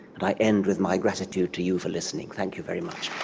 and i end with my gratitude to you for listening. thank you very much.